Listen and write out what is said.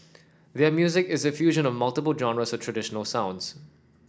their music is a fusion of multiple genres of traditional sounds